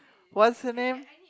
what's her name